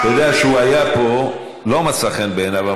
אתה יודע שהוא היה פה ולא מצא חן בעיניו?